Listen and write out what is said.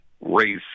race